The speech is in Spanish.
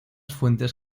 fuentes